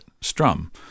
strum